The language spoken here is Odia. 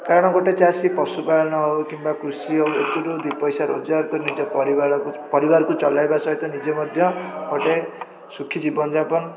କାରଣ ଗୋଟେ ଚାଷୀ ପଶୁପାଳନ ହେଉ କିମ୍ବା କୃଷି ହେଉ ଏଥିରୁ ଦୁଇପଇସା ରୋଜଗାର କରି ନିଜ ପରିବାରକୁ ପରିବାରକୁ ଚଲେଇବା ସହିତ ନିଜେ ମଧ୍ୟ ଗୋଟେ ସୁଖୀ ଜୀବନଯାପନ